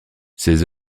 ses